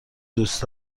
دوست